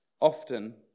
often